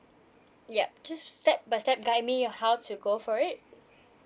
yup just step by step guide me how to go for it